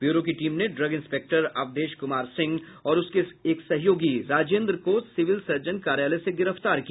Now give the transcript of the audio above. bureau की team ने drug inspector Awadhesh Kumar Singh और उसके एक सहयोगी राजेन्द्र को सिविल सर्जन कार्यालय से गिरफ्तार किया